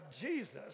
Jesus